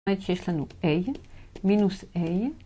I שיש לנו L, מינוס A.